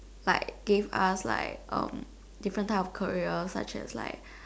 but gave us like um different type of career such as like